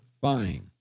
fine